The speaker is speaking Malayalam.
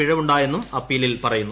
പിഴവുണ്ടായെന്നും അപ്പീലിൽ പറയുന്നു